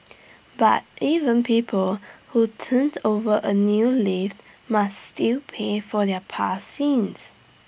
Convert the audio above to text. but even people who turned over A new leaf must still pay for their past sins